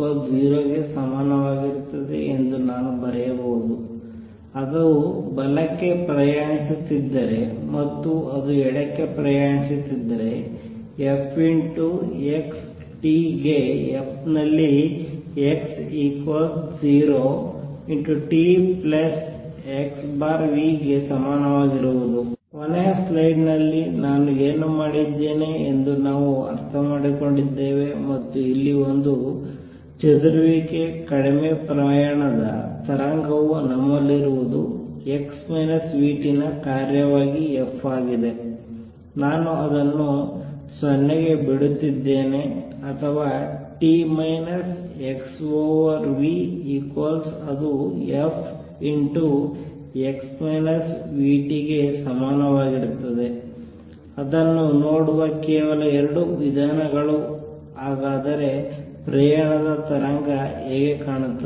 0 ಗೆ ಸಮನವಾಗಿರುತ್ತದೆ ಎಂದು ನಾನು ಬರೆಯಬಹುದು ಅದು ಬಲಕ್ಕೆ ಪ್ರಯಾಣಿಸುತ್ತಿದ್ದರೆ ಮತ್ತು ಅದು ಎಡಕ್ಕೆ ಪ್ರಯಾಣಿಸುತ್ತಿದ್ದರೆ f x t ಗೆ f ನಲ್ಲಿ x 0 t x v ಸಮನಾಗಿರುವುದು ಕೊನೆಯ ಸ್ಲೈಡ್ ನಲ್ಲಿ ನಾನು ಏನು ಮಾಡಿದ್ದೇನೆ ಎಂದು ನಾವು ಅರ್ಥಮಾಡಿಕೊಂಡಿದ್ದೇವೆ ಮತ್ತು ಇಲ್ಲಿ ಒಂದು ಚದುರುವಿಕೆ ಕಡಿಮೆ ಪ್ರಯಾಣದ ತರಂಗವು ನಮ್ಮಲ್ಲಿರುವದು x vt ನ ಕಾರ್ಯವಾಗಿ f ಆಗಿದೆ ನಾನು ಅದನ್ನು 0 ಗೆ ಬಿಡುತ್ತಿದ್ದೇನೆ ಅಥವಾ t minus x over v ಅದು f ಗೆ ಸಮನಾಗಿರುತ್ತದೆ ಅದನ್ನು ನೋಡುವ ಕೇವಲ 2 ವಿಧಾನಗಳು ಹಾಗಾದರೆ ಪ್ರಯಾಣದ ತರಂಗ ಹೇಗೆ ಕಾಣುತ್ತದೆ